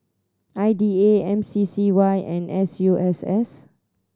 I D A M C C Y and S U S S